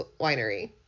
winery